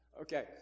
Okay